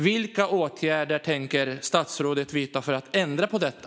Vilka åtgärder tänker statsrådet vidta för att ändra på detta?